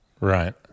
right